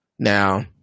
Now